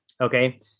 Okay